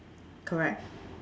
correct